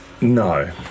No